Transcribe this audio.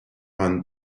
vingt